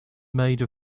made